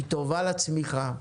היא טובה לצמיחה.